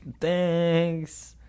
thanks